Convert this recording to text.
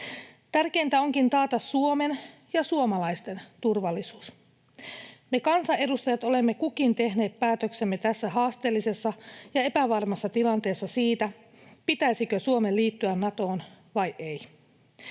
Tärkeintä onkin taata Suomen ja suomalaisten turvallisuus. Me kansanedustajat olemme kukin tehneet päätöksemme tässä haasteellisessa ja epävarmassa tilanteessa siitä, pitäisikö Suomen liittyä Natoon vai ei.